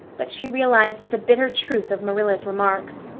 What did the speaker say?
but she realized the bitter truth of marilla's remarks.